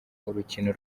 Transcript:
urukino